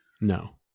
No